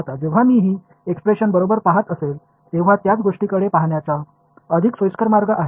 आता जेव्हा मी ही एक्सप्रेशन बरोबर पाहत असेल तेव्हा त्याच गोष्टीकडे पाहण्याचा अधिक सोयीस्कर मार्ग आहे